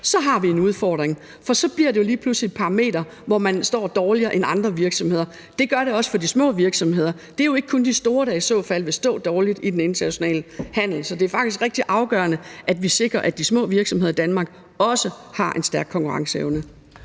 så har vi en udfordring, for så bliver det jo lige pludselig et parameter, hvor man står dårligere end andre virksomheder. Det gør det også for de små virksomheder – det er jo ikke kun de store, der i så fald vil stå dårligt i den internationale handel. Så det er faktisk rigtig afgørende, at vi sikrer, at de små virksomheder i Danmark også har en stærk konkurrenceevne.